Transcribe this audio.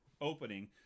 opening